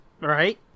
right